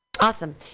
Awesome